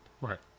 Right